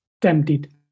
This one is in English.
tempted